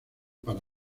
para